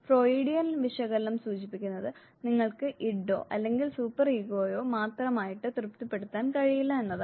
Freudian വിശകലനം സൂചിപ്പിക്കുന്നത് നിങ്ങൾക്ക് ഇഡോ അല്ലെങ്കിൽ സൂപ്പർ ഈഗോയോ മാത്രമായിട്ട് തൃപ്തിപ്പെടുത്താൻ കഴിയില്ല എന്നതാണ്